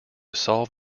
solve